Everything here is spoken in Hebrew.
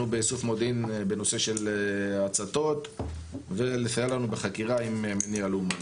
באיסוף מודיעין בנושא של הצתות ולסייע לנו בחקירה עם מניע לאומני.